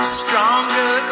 stronger